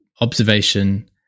observation